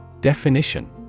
Definition